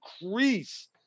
increase